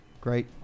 Great